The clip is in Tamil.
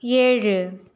ஏழு